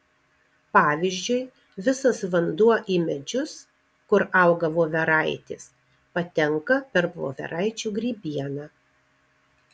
pavyzdžiui visas vanduo į medžius kur auga voveraitės patenka per voveraičių grybieną